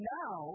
now